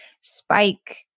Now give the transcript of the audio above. Spike